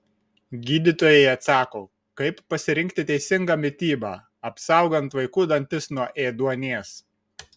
gydytojai atsako kaip pasirinkti teisingą mitybą apsaugant vaikų dantis nuo ėduonies